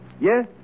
Yes